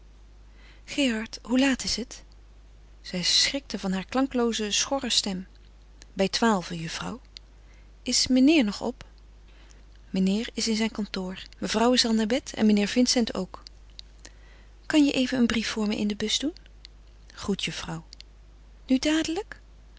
gerard hoe laat is het zij schrikte van haar klanklooze schorre stem bij twaalven juffrouw is meneer nog op meneer is in zijn kantoor mevrouw is al naar bed en meneer vincent ook kan je even een brief voor me in de bus doen goed juffrouw nu dadelijk